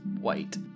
white